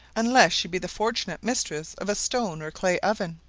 unless she be the fortunate mistress of a stone or clay oven.